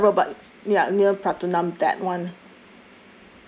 so I know you have several but ya near pratunam that [one]